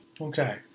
Okay